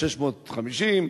650,